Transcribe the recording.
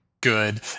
good